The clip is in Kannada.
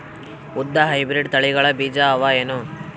ಉದ್ದ ಹೈಬ್ರಿಡ್ ತಳಿಗಳ ಬೀಜ ಅವ ಏನು?